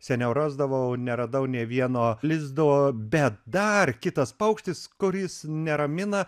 seniau rasdavau neradau nė vieno lizdo bet dar kitas paukštis kuris neramina